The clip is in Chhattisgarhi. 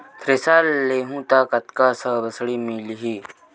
थ्रेसर लेहूं त कतका सब्सिडी मिलही?